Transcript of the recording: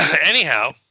Anyhow